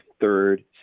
third